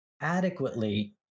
adequately